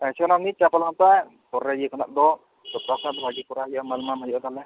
ᱛᱟᱦᱮᱸ ᱦᱚᱪᱚᱱᱤᱪ ᱪᱟᱯ ᱟᱞᱚᱢ ᱦᱟᱛᱟᱣᱟ ᱯᱚᱨᱮᱨ ᱤᱭᱟᱹ ᱠᱷᱚᱱᱟᱜ ᱫᱚ ᱫᱚᱥᱟᱨ ᱫᱷᱟᱣ ᱫᱚ ᱵᱷᱟᱹᱜᱤ ᱮᱢᱟᱢ ᱦᱩᱭᱩᱜᱼᱟ ᱛᱟᱦᱚᱞᱮ